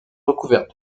recouverte